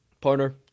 Partner